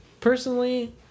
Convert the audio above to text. personally